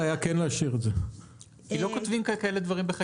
בעיניי, גם בהקשר הזה, המהותי, יש כאן אחריות.